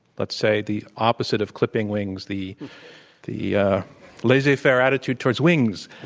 let's say, the opposite of clipping wings, the the ah laissez-faire attitude towards wings,